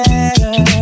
better